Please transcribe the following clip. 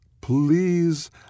Please